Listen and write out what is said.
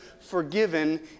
forgiven